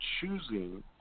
choosing